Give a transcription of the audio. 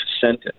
sentence